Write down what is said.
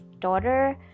daughter